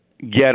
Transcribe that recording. get